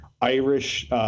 Irish